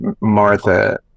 martha